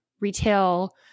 Retail